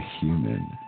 human